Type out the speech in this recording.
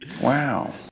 Wow